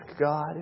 God